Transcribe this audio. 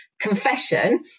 confession